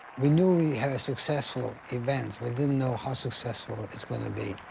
we knew we had a successful event. we didn't know how successful it's going to be.